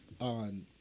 on